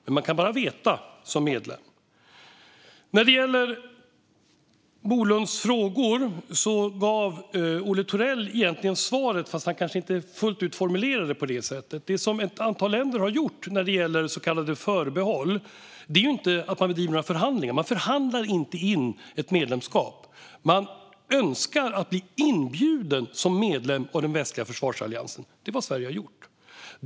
Men det är bara som medlem man kan veta. När det gäller Bolunds frågor gav Olle Thorell svaret även om han kanske inte fullt ut formulerade det på det sättet. Det som ett antal länder har gjort när det gäller så kallade förbehåll är inte att föra några förhandlingar. Man förhandlar inte in ett medlemskap. Man önskar att bli inbjuden som medlem av den västliga försvarsalliansen. Det är vad Sverige har gjort.